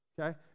Okay